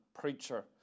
preacher